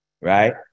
right